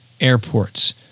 airports